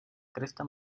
cresta